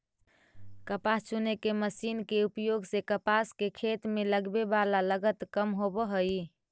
कपास चुने के मशीन के उपयोग से कपास के खेत में लगवे वाला लगत कम होवऽ हई